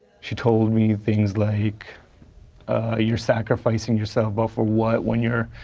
she told me things like ah you're sacrificing yourself, but for what when you're,